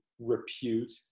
repute